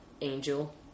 Angel